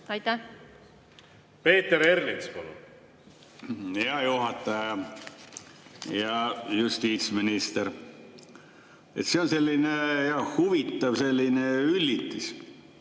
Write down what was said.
Peeter Ernits, palun! Hea juhataja! Hea justiitsminister! See on selline huvitav üllitis.